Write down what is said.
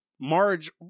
Marge